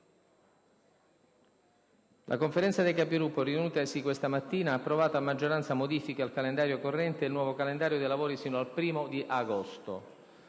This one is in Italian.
La Conferenza dei Capigruppo, riunitasi questa mattina, ha approvato a maggioranza modifiche al calendario corrente e il nuovo calendario dei lavori fino al 1º agosto.